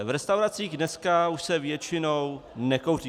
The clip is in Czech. V restauracích dneska už se většinou nekouří.